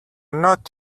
not